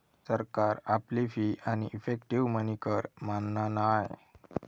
सरकार आपली फी आणि इफेक्टीव मनी कर मानना नाय